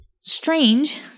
strange